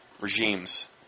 regimes